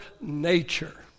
nature